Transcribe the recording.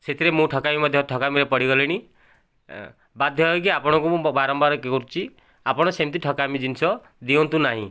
ସେଥିରେ ମୁଁ ଠକାମି ମଧ୍ୟ ଠକାମିରେ ପଡ଼ି ଗଲିଣି ବାଧ୍ୟ ହେଇକି ଆପଣଙ୍କୁ ମୁଁ ବାରମ୍ବାର କରୁଛି ଆପଣ ସେମିତି ଠକାମି ଜିନିଷ ଦିଅନ୍ତୁ ନାହିଁ